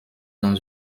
dans